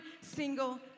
single